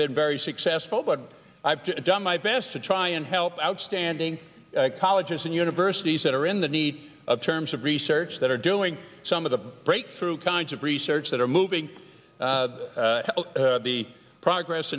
been successful but i've done my best to try and help outstanding colleges and universities that are in the need of terms of research that are doing some of the breakthrough kinds of research that are moving the progress